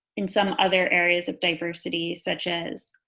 in some other areas of diversity such as